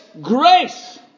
grace